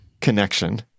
connection